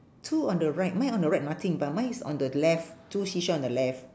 two on the right mine on the right nothing but mine is on the left two seashell on the left